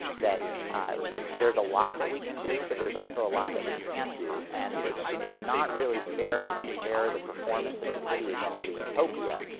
that there's a lot that we can do, but there's also a lot that we can't do. and it's it's not really fair to compare the performance of the city against a utopia,